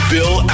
Bill